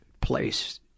place